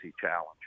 challenge